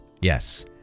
yes